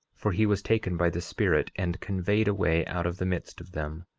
for he was taken by the spirit and conveyed away out of the midst of them.